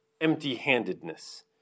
empty-handedness